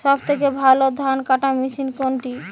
সবথেকে ভালো ধানকাটা মেশিন কোনটি?